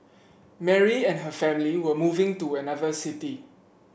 Mary and her family were moving to another city